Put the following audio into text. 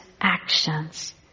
actions